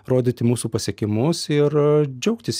rodyti mūsų pasiekimus ir džiaugtis